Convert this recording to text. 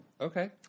Okay